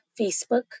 Facebook